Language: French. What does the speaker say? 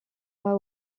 pas